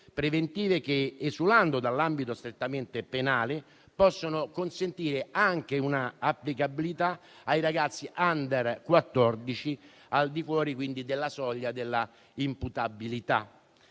preventive che, esulando dall'ambito strettamente penale, possono consentire anche una applicabilità ai ragazzi *under* quattordici, al di fuori cioè della soglia di imputabilità.